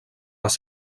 les